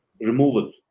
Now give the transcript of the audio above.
removal